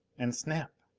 and snap!